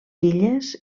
illes